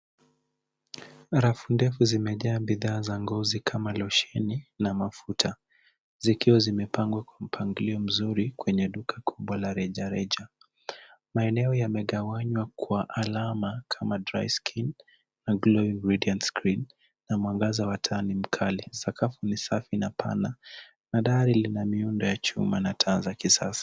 Rafu ndefu zimejaa bidhaa za ngozi kama losheni na mafuta, zikiwa zimepangwa kwa mpangilio mzuri kwenye duka kubwa la rejareja. Maeneo yamegawanywa kwa alama kama Dry skin na Glowing Radiant skin na mwangaza wa taa ni mkali. Sakafu ni safi na pana na dari lina miundo ya chuma na taa za kisasa.